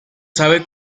sabe